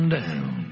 down